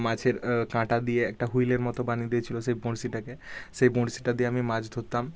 মাছের কাঁটা দিয়ে একটা হুইলের মতো বানিয়ে দিয়েছিলো সেই বঁড়শিটাকে সেই বঁড়শিটা দিয়ে আমি মাছ ধরতাম